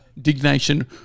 Dignation